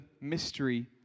mystery